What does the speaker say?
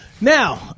Now